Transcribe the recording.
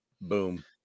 Boom